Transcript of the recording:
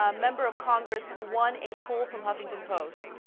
ah member of congress who won a poor from huffington post